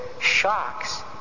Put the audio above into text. shocks